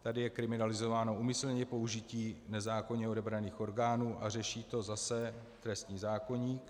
Tady je kriminalizováno úmyslné použití nezákonně odebraných orgánů a řeší to zase trestní zákoník.